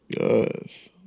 Yes